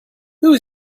who